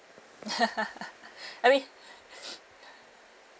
I mean